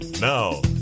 Now